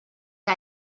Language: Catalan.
que